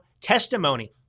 testimony